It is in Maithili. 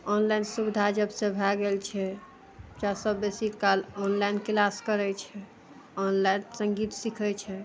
ऑनलाइन सुविधा जबसँ भए गेल छै बच्चा सब बेसी काल ऑनलाइन क्लास करय छै ऑनलाइन संगीत सीखय छै